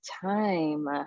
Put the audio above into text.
time